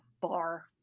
bar